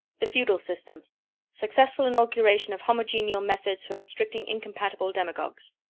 the feudal system successful inauguration of homogeneal methods for restricting incompatible demagogues.